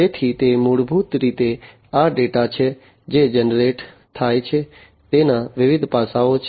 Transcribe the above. તેથી તે મૂળભૂત રીતે આ ડેટા છે જે જનરેટ થાય છે તેના વિવિધ પાસાઓ છે